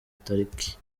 tariki